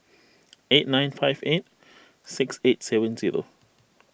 eight nine five eight six eight seven zero